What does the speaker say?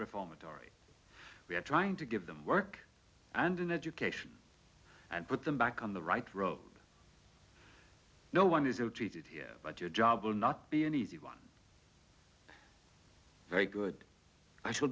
reformatory we are trying to give them work and an education and put them back on the right road no one is ill treated here but your job will not be an easy one very good i s